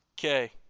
Okay